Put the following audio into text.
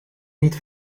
niet